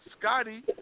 Scotty